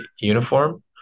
uniform